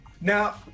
Now